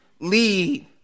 lead